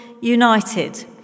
United